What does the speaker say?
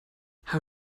how